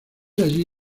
allí